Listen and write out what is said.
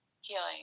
healing